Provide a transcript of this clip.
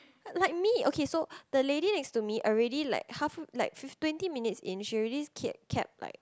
like me okay so the lady next to me already like half like twenty minutes in she already kept kept like